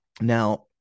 now